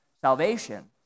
salvation